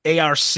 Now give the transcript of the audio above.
ARC